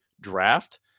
draft